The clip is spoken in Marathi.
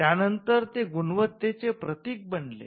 त्यानंतर ते गुणवत्तेचे प्रतिक बनले